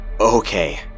Okay